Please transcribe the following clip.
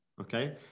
okay